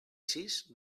sis